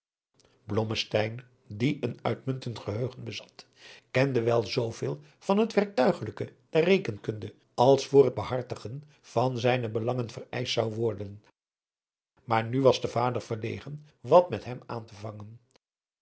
die een uitmuntend geheugen bezat kende wel zooveel van het werktuigelijke der rekenkunde als voor het behartigen van adriaan loosjes pzn het leven van johannes wouter blommesteyn zijne belangen vereischt zou worden maar nu was de vader verlegen wat met hem aan te vangen